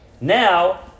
Now